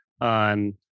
on